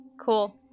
Cool